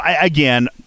again